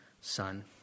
son